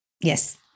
yes